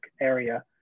area